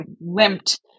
limped